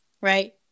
right